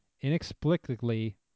inexplicably